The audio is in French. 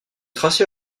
tracé